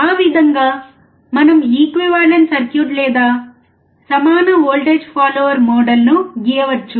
ఆ విధంగా మనం ఈక్వివాలెంట్ సర్క్యూట్ లేదా సమాన వోల్టేజ్ యాంప్లిఫైయర్ మోడల్ను గీయవచ్చు